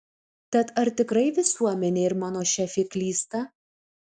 tad ar tikrai visuomenė ir mano šefė klysta